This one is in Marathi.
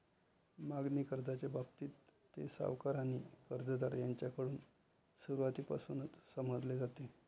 मागणी कर्जाच्या बाबतीत, ते सावकार आणि कर्जदार यांच्याकडून सुरुवातीपासूनच समजले जाते